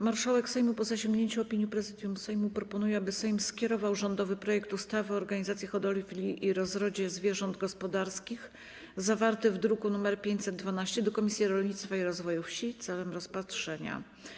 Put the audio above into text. Marszałek Sejmu, po zasięgnięciu opinii Prezydium Sejmu, proponuje, aby Sejm skierował rządowy projekt ustawy o organizacji hodowli i rozrodzie zwierząt gospodarskich zawarty w druku nr 512 do Komisji Rolnictwa i Rozwoju Wsi celem rozpatrzenia.